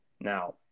Now